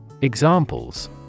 Examples